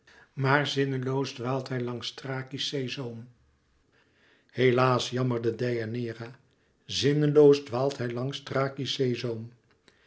maar zinneloos dwaalt hij langs thrakië's zeezoom helaas jammerde deianeira zinneloos dwaalt hij langs